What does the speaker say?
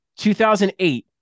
2008